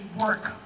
work